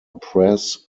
press